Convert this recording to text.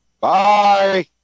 Bye